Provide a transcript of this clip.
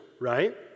right